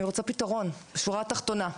אני רוצה פתרון בשורה התחתונה.